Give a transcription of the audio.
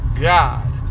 God